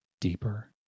deeper